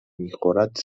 میخورد